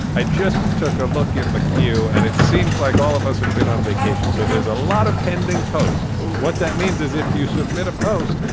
i just took a look in the queue and it seems like all of us have been on vacation. so there's a lot of pending posts. what that means is if you submit a post,